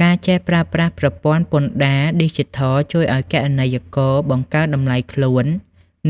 ការចេះប្រើប្រាស់ប្រព័ន្ធពន្ធដារឌីជីថលជួយឱ្យគណនេយ្យករបង្កើនតម្លៃខ្លួន